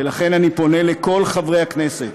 ולכן, אני פונה לכל חברי הכנסת: